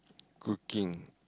cooking